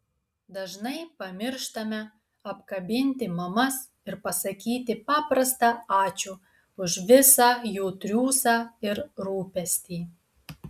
dažnai pamirštame apkabinti mamas ir pasakyti paprastą ačiū už visą jų triūsą ir rūpestį